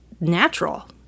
natural